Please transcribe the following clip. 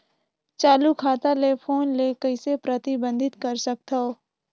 चालू खाता ले फोन ले कइसे प्रतिबंधित कर सकथव?